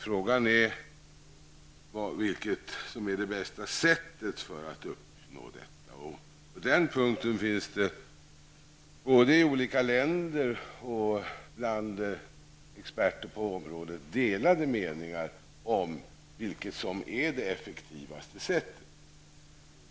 Frågan handlar i stället om på vilket sätt man bäst och effektivast bekämpar terrorism. På den punkten finns det delade meningar, både i olika länder och bland experter på området.